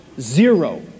Zero